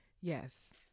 yes